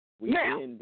Now